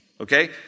Okay